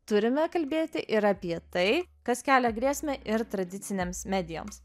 turime kalbėti ir apie tai kas kelia grėsmę ir tradicinėms medijoms